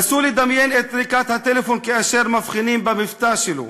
נסו לדמיין את טריקת הטלפון כאשר מבחינים במבטא שלו